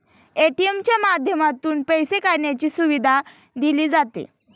ATM च्या माध्यमातून पैसे काढण्याची सुविधा दिली जाते